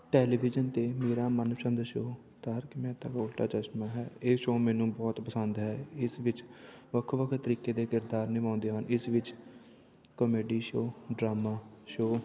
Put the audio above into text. television 'ਤੇ ਮੇਰਾ ਮਨ ਪਸੰਦ ਸ਼ੋਅ ਤਾਰਕ ਮਹਿਤਾ ਕਾ ਉਲਟਾ ਚਸ਼ਮਾ ਹੈ ਇਹ ਸ਼ੋਅ ਮੈਨੂੰ ਬਹੁਤ ਪਸੰਦ ਹੈ ਇਸ ਵਿੱਚ ਵੱਖੋ ਵੱਖ ਤਰੀਕੇ ਦੇ ਕਿਰਦਾਰ ਨਿਭਾਉਂਦੇ ਹਨ ਇਸ ਵਿੱਚ ਕੋਮੇਡੀ ਸ਼ੋਅ ਡਰਾਮਾ ਸ਼ੋਅ